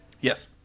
Yes